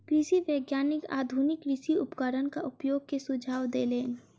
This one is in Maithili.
कृषि वैज्ञानिक आधुनिक कृषि उपकरणक उपयोग के सुझाव देलैन